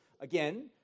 again